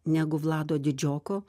negu vlado didžioko